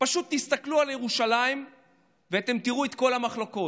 פשוט תסתכלו על ירושלים ואתם תראו את כל המחלוקות,